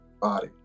body